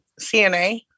CNA